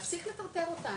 להפסיק לטרטר אותם,